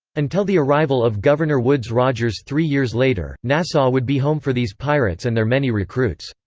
until the arrival of governor woodes rogers three years later, nassau would be home for these pirates and their many recruits.